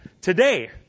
today